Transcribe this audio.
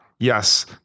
Yes